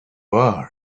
are